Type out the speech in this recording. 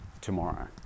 tomorrow